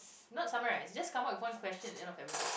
not summarise just come up with one question at the end of every book